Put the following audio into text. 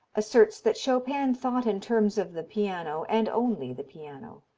asserts that chopin thought in terms of the piano, and only the piano.